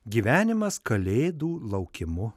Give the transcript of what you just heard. gyvenimas kalėdų laukimu